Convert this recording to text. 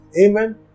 Amen